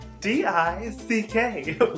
D-I-C-K